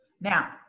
Now